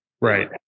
Right